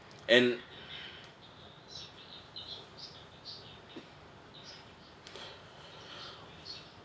and